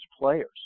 players